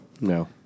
no